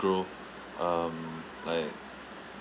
grow um like